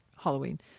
Halloween